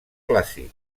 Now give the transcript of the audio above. clàssic